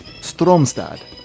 Stromstad